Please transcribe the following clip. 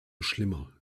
schlimmer